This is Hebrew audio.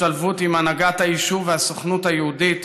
השתלבות עם הנהגת היישוב והסוכנות היהודית.